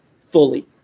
fully